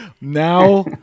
now